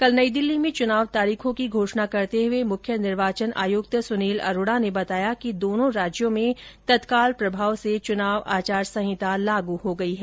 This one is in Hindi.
कल नई दिल्ली में चुनाव तारीखो की घोषणा करते हुए मुख्य निर्वाचन आयुक्त सुनील अरोड़ा ने बताया कि दोनों राज्यों में तत्काल प्रभाव से चुनाव आचार संहिता लागू हो गई है